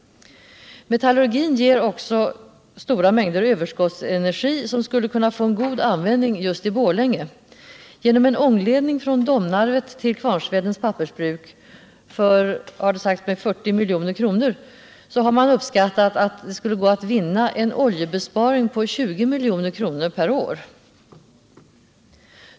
Metallurgin ger också stora mängder överskottsenergi som skulle kunna få god användning just i Borlänge. Genom en ångledning från Domnarvet till Kvarnsvedens pappersbruk för, som det har sagts mig, 40 milj.kr. har det uppskattats att man skulle kunna göra en oljebesparing på 20 milj.kr. per år.